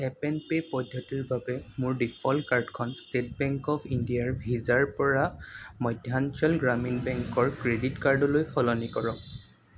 tap and পে'ৰ পদ্ধতিৰ বাবে মোৰ ডিফ'ল্ট কাৰ্ডখন ষ্টেট বেংক অৱ ইণ্ডিয়াৰ ভিছাৰ পৰা মধ্যাঞ্চল গ্ৰামীণ বেংকৰ ক্ৰেডিট কাৰ্ডলৈ সলনি কৰক